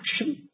action